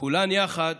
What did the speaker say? שכולן יחד